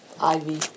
Ivy